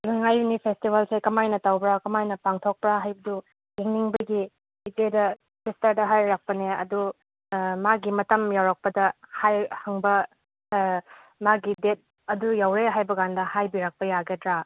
ꯂꯨꯏ ꯉꯥꯏꯅꯤ ꯐꯦꯁꯇꯤꯕꯦꯜꯁꯦ ꯀꯃꯥꯏꯅ ꯇꯧꯕ꯭ꯔꯥ ꯀꯃꯥꯏꯅ ꯄꯥꯡꯊꯣꯛꯄ꯭ꯔꯥ ꯍꯥꯏꯕꯗꯨ ꯌꯦꯡꯅꯤꯡꯕꯒꯤ ꯏꯆꯦꯗ ꯁꯤꯁꯇꯔꯗ ꯍꯥꯏꯔꯛꯄꯅꯦ ꯑꯗꯨ ꯃꯥꯒꯤ ꯃꯇꯝ ꯌꯧꯔꯛꯄꯗ ꯍꯪꯕ ꯃꯥꯒꯤ ꯗꯦꯠ ꯑꯗꯨ ꯌꯧꯔꯦ ꯍꯥꯏꯕ ꯀꯥꯅꯗ ꯍꯥꯏꯕꯤꯔꯛꯄ ꯌꯥꯒꯗ꯭ꯔꯥ